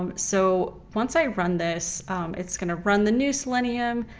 um so once i run this it's going to run the new selenium,